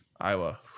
Iowa